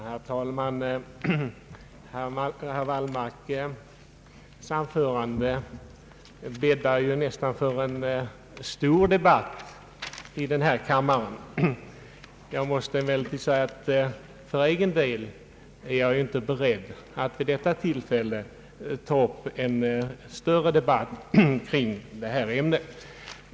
Herr talman! Herr Wallmarks anförande bäddar nästan för en stor debatt i den här kammaren. För egen del är jag emellertid inte beredd att vid detta tillfälle ta upp en större debatt kring detta ämne.